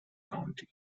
county